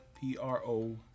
P-R-O